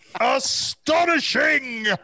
Astonishing